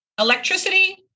electricity